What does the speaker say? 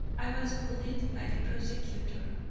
i was bullied by the prosecutor,